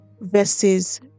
verses